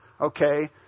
okay